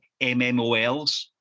mmols